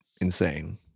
insane